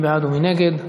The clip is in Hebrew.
מי בעד ומי נגד?